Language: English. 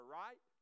right